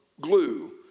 glue